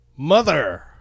mother